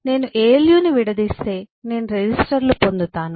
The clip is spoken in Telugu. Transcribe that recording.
నేను ALU ని విడదీస్తే నేను రెసిస్టర్లు పొందుతాను